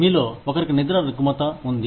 మీలో ఒకరికి నిద్ర రుగ్మత ఉంది